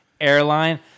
airline